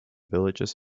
villages